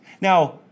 Now